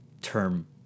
term